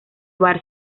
bar